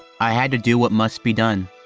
i had to do what must be done.